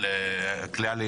גם אלו